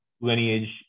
lineage